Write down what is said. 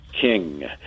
king